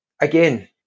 again